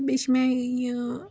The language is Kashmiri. بیٚیہِ چھُ مےٚ یہِ